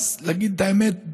להגיד את האמת,